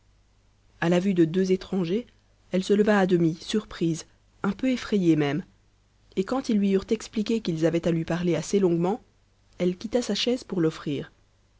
à la vue de deux étrangers elle se leva à demi surprise un peu effrayée même et quand ils lui eurent expliqué qu'ils avaient à lui parler assez longuement elle quitta sa chaise pour l'offrir